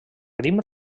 grimm